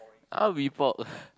I want mee pok